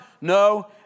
No